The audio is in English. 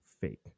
fake